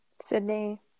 Sydney